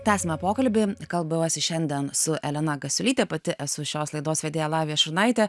tęsiame pokalbį kalbamasi šiandien su elena gasiulyte pati esu šios laidos vedėja lavija šurnaitė